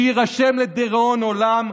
שיירשם לדיראון עולם,